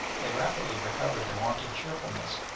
they rapidly recovered their wonted cheerfulness,